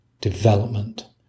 development